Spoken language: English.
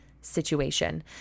situation